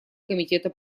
комитета